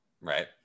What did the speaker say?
Right